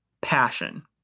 passion